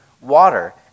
water